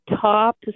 top